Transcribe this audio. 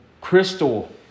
crystal